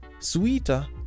Sweeter